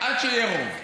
עד שיהיה רוב,